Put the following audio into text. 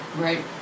Right